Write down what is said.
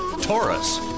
Taurus